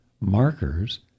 markers